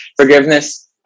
forgiveness